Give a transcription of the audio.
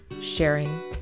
sharing